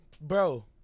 bro